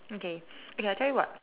okay okay I tell you what